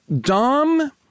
Dom